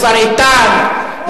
לשר איתן,